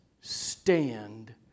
stand